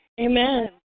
Amen